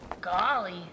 Golly